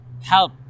help